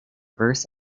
verse